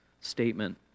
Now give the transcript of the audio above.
statement